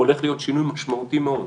הולך להיות שינוי משמעותי מאוד.